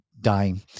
dying